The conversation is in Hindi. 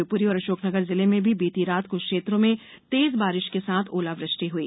शिवपुरी और अशोकनगर जिलों में भी बीती रात कुछ क्षेत्रों में तेज बारिश के साथ ओलावृष्टि हुई